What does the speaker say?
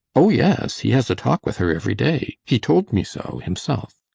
oh, yes he has a talk with her every day. he told me so himself.